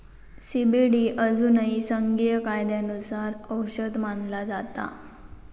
CBD अजूनही संघीय कायद्यानुसार औषध मानला जाता